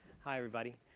hi, everybody.